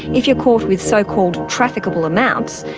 if you're caught with so-called trafficable amounts,